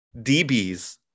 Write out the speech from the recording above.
DBs